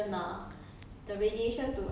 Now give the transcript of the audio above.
orh